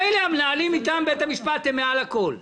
מילא, המנהלים, בית המשפט אתם, הם מעל הכול,